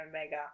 Omega